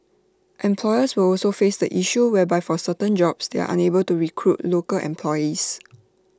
employers will also face the issue whereby for certain jobs they are unable to recruit local employees